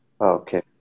Okay